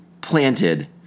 planted